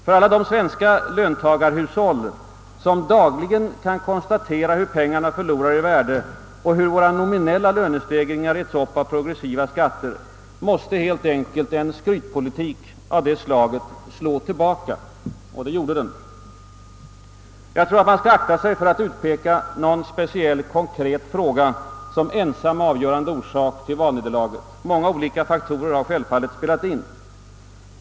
För alla de svenska löntagarhushåll som dagligen kan konstatera hur pengarna förlorar i värde och hur våra nominella lönestegringar äts upp av progressiva skatter måste helt enkelt en skrytpolitik av det slaget slå tillbaka, och det gjorde den. Jag tror att man skall akta sig för att utpeka någon speciell konkret fråga som ensam avgörande orsak till valnederlaget. Många olika faktorer har självfallet spelat in.